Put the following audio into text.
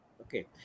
okay